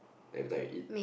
like everytime I eat